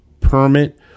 permit